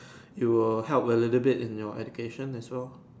it will help a little bit in your education as well